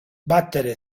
battere